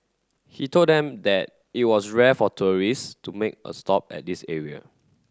he told them that it was rare for tourists to make a stop at this area